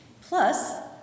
Plus